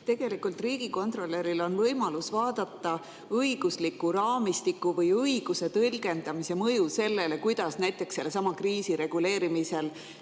tegelikult riigikontrolöril on võimalus vaadata õigusliku raamistiku või õiguse tõlgendamise mõju sellele, kuidas näiteks sellesama kriisi reguleerimisel